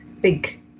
big